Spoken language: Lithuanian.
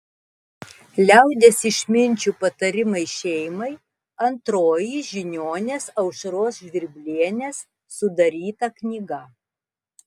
liaudies išminčių patarimai šeimai antroji žiniuonės aušros žvirblienės sudaryta knyga